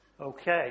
Okay